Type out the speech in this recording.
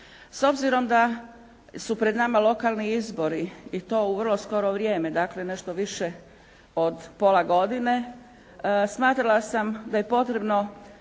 S obzirom da su pred nama lokalni izbori i to u vrlo skoro vrijeme, dakle nešto više od pola godine, smatrala sam da je potrebno